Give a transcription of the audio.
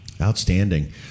outstanding